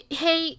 hey